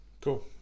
cool